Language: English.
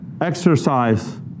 exercise